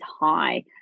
high